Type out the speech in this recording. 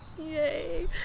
Yay